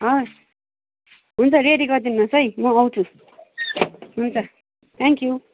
हवस् हुन्छ रेडी गरिदिनुहोस् है म आउँछु हुन्छ थ्याङ्कयू